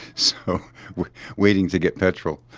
so waiting to get petrol,